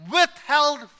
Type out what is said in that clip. withheld